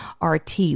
RT